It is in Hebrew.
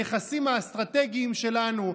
הנכסים האסטרטגיים שלנו,